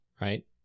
right